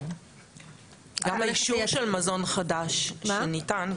גם האישור של מזון חדש שניתן.